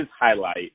highlight